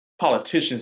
Politicians